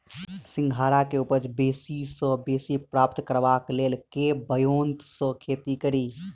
सिंघाड़ा केँ उपज बेसी सऽ बेसी प्राप्त करबाक लेल केँ ब्योंत सऽ खेती कड़ी?